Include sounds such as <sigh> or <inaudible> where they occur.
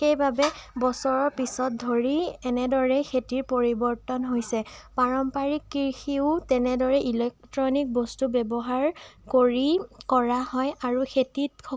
সেইবাবে বছৰৰ পাছত ধৰি এনেদৰেই খেতিৰ পৰিবৰ্তন হৈছে পাৰম্পৰিক কৃষিও এনেদৰে ইলেক্ট্ৰনিক বস্তুৰ ব্যৱহাৰ কৰি কৰা হয় আৰু খেতিত <unintelligible>